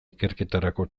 ikerketarako